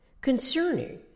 concerning